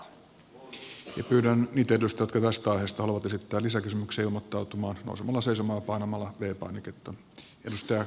pyydän niitä edustajia jotka tästä aiheesta haluavat esittää lisäkysymyksen ilmoittautumaan nousemalla seisomaan ja painamalla v painiketta